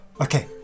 Okay